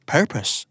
Purpose